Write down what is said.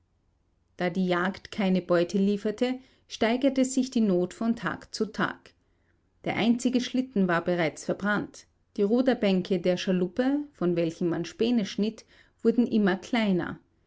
da die jagd keine beute lieferte steigerte sich die not von tag zu tag der einzige schlitten war bereits verbrannt die ruderbänke der schaluppe von welchen man späne schnitt wurden immer kleiner